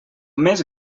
més